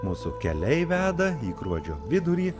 mūsų keliai veda į gruodžio vidurį